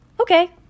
Okay